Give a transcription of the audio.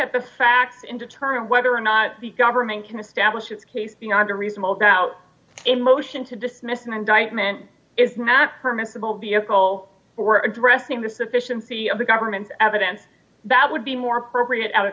at the facts and determine whether or not the government can establish its case beyond a reasonable doubt a motion to dismiss an indictment is not permissible vehicle for addressing the sufficiency of the government's evidence that would be more appropriate at a